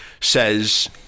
says